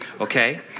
okay